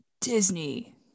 Disney